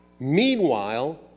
Meanwhile